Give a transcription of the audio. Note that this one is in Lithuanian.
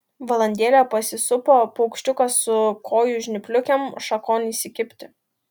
valandėlę pasisupo paukščiukas su kojų žnypliukėm šakon įsikibti